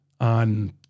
on